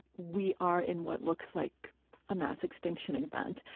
we are in what looks like a mass extinction event.